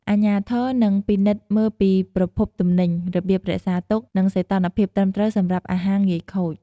អាជ្ញាធរ នឹងពិនិត្យមើលពីប្រភពទំនិញ របៀបរក្សាទុក និងសីតុណ្ហភាពត្រឹមត្រូវសម្រាប់អាហារងាយខូច។